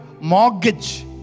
mortgage